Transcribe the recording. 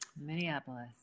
Minneapolis